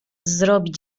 zrobić